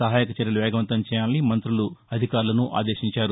సహాయక చర్యలు వేగవంతం చేయాలని మంత్రులు అధికారులను ఆదేశించారు